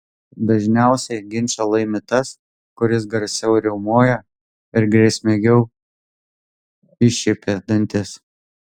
dažniausiai ginčą laimi tas kuris garsiau riaumoja ir grėsmingiau iššiepia dantis